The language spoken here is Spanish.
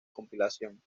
compilación